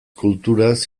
kulturaz